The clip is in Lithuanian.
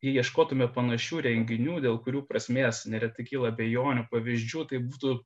jei ieškotume panašių renginių dėl kurių prasmės neretai kyla abejonių pavyzdžių tai būtų